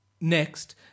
Next